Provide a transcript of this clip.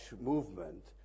movement